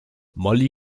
molly